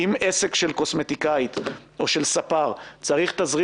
אם עסק של קוסמטיקאית או של ספר צריך תזרים